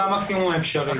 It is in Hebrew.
זה המקסימום האפשרי.